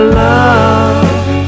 love